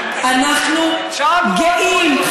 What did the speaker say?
אנחנו גאים,